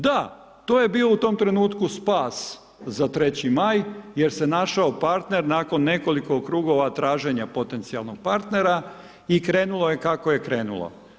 Da, to je bio u tom trenutku spas za 3Maj, jer se našao partner nakon nekoliko krugova traženja potencijalnih partnera i krenulo je kako je krenulo.